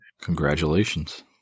Congratulations